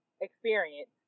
experience